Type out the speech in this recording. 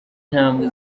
intambwe